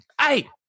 Hey